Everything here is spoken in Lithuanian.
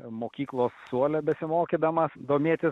mokyklos suole besimokydamas domėtis